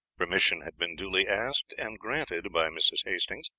permission had been duly asked, and granted by mrs. hastings,